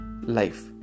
life